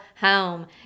home